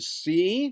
see